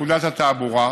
לפקודת התעבורה,